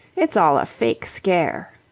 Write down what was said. it's all a fake scare.